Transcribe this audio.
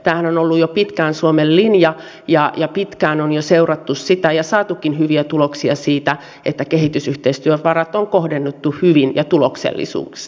tämähän on ollut jo pitkään suomen linja ja pitkään on jo seurattu sitä ja saatukin hyviä tuloksia siitä että kehitysyhteistyövarat on kohdennettu hyvin ja tuloksellisesti